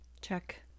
Check